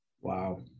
Wow